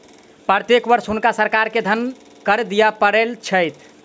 प्रत्येक वर्ष हुनका सरकार के धन कर दिअ पड़ैत छल